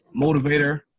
motivator